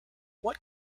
what